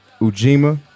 Ujima